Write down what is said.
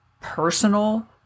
personal